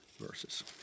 verses